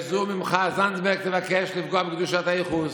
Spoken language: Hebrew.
וזנדברג תבקש לפגוע בקדושת הייחוס,